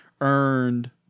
earned